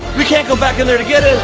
we can't go back in there to get it.